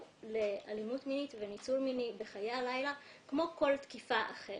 לאלימות מינית וניצול מיני בחיי הלילה כמו כל תקיפה אחרת.